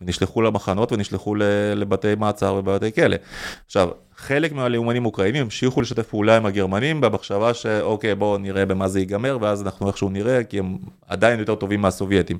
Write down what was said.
נשלחו למחנות ונשלחו לבתי מעצר ובתי כלא. עכשיו חלק מהלאומנים אוקראינים המשיכו לשתף פעולה עם הגרמנים במחשבה שאוקיי בוא נראה במה זה ייגמר ואז אנחנו נראה כי הם עדיין יותר טובים מהסובייטים.